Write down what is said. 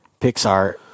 Pixar